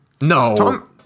No